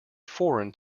foreign